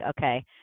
okay